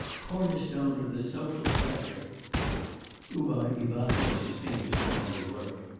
cornerstone of the social fabric uvar ivanovitch's fingers began to work.